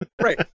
right